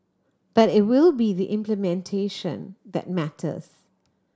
but it will be the implementation that matters